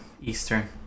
Eastern